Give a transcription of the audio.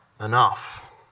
enough